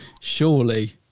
Surely